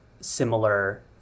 similar